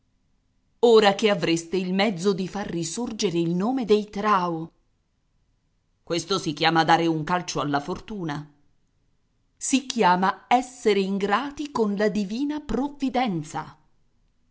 ora che avreste il mezzo di far risorgere il nome dei trao questo si chiama dare un calcio alla fortuna si chiama essere ingrati colla divina provvidenza